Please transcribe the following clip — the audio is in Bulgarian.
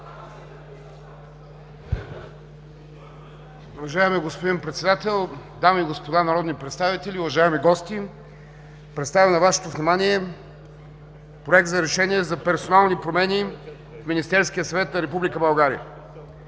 Уважаеми господин Председател, дами и господа народни представители, уважаеми гости! Представям на Вашето внимание: „Проект! РЕШЕНИЕ за персонални промени в Министерския съвет на Република България